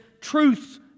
truth's